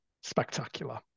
spectacular